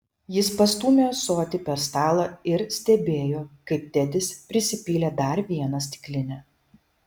jis pastūmė ąsotį per stalą ir stebėjo kaip tedis prisipylė dar vieną stiklinę